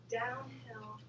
downhill